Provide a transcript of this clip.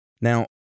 Now